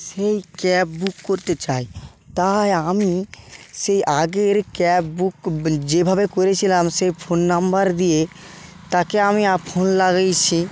সেই cab book করতে চাই তাই আমি সেই আগের ক্যাব বুক যেভাবে করেছিলাম সেই ফোন নাম্বার দিয়ে তাকে আমি ফোন লাগিয়েছি